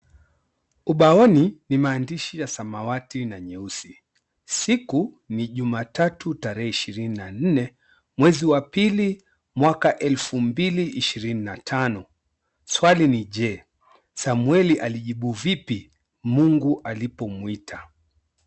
Ubaoni ni maandishi ya samawati na nyeusi .Siku ni jumatatu tarehe ishirini na nne ,mwezi wa pili , mwaka elfu mbili ishirini na tano .Swali ni je , Samweli alijibu vipi Mungu alipomuita?